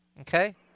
Okay